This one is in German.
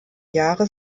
jahre